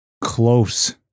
close